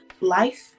life